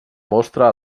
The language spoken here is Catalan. mostra